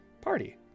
Party